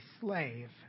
slave